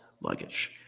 luggage